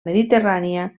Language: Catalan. mediterrània